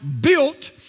built